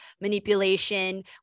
manipulation